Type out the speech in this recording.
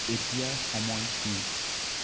এতিয়াৰ সময় কি